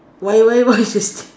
why why why is thing